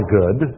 good